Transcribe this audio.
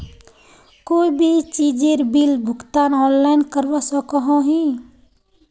कोई भी चीजेर बिल भुगतान ऑनलाइन करवा सकोहो ही?